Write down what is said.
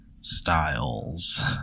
styles